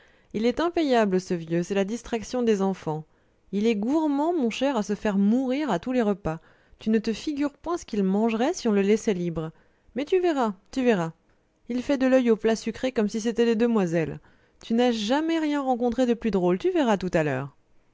il est impayable ce vieux c'est la distraction des enfants il est gourmand mon cher à se faire mourir à tous les repas tu ne te figures point ce qu'il mangerait si on le laissait libre mais tu verras tu verras il fait de l'oeil aux plats sucrés comme si c'étaient des demoiselles tu n'as jamais rien rencontré de plus drôle tu verras tout à l'heure